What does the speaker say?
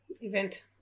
event